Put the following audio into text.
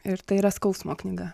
ir tai yra skausmo knyga